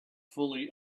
fully